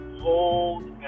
hold